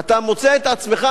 אתה מוצא את עצמך,